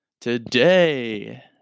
Today